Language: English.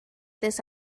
this